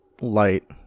light